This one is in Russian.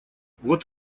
вот